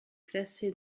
classés